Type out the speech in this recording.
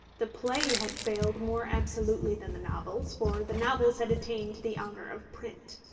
the play had failed more absolutely than the novels, for the novels had attained the honour of print.